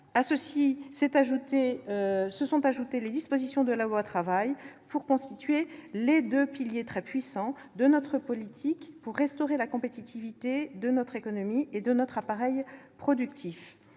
À cela se sont ajoutées les dispositions de la loi Travail pour constituer les deux piliers très puissants de notre politique visant à restaurer la compétitivité de notre économie et de notre appareil productif.